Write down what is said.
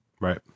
Right